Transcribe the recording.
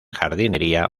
jardinería